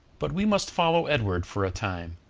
but we must follow edward for a time.